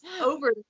over